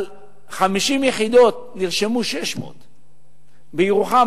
על 50 יחידות נרשמו 600. בירוחם,